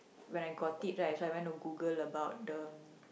when I got it right then I went to Google about them